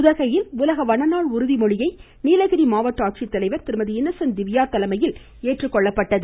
உதகையில் உலக வனநாள் உறுதிமொழியை நீலகிரி மாவட்ட ஆட்சித்தலைவர் இன்னசென்ட் திவ்யா தலைமையில் ஏற்றுக்கொள்ளப்பட்டது